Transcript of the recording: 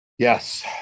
Yes